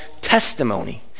testimony